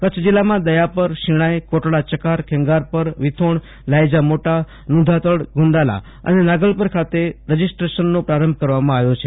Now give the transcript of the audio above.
કચ્છ જિલ્લામાં દયાપર શિણાય કોટડા ચકાર ખેંગારપર વિથોણ લાયજા મોટા નુંઘાતડ ગુંદાલા અને નાગલપર ખાતે રજિસ્ટ્રેશનનો પ્રારંભ કરવામાં આવ્યો છે